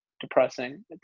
depressing